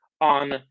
on